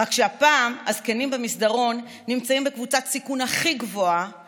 רק שהפעם הזקנים במסדרון נמצאים בקבוצת סיכון הכי גבוהה